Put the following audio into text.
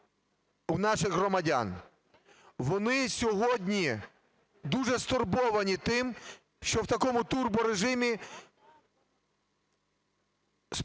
Вони сьогодні дуже стурбовані тим, що в такому турборежимі проводиться